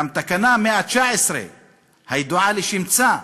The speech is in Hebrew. גם תקנה 119 הידועה לשמצה,